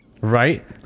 right